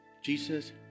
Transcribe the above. Jesus